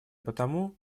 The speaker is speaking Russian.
потому